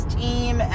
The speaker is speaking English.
team